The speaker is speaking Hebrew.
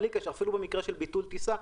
בלי קשר - אפילו במקרה של ביטול טיסה,